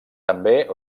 també